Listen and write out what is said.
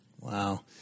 Wow